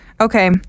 Okay